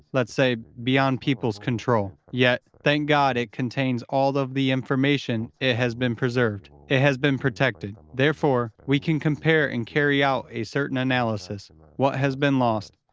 let's say, beyond people's control. yet, thank god, it contains all of the information, it has been preserved, it has been protected. therefore, we can compare and carry out a certain analysis what has been lost,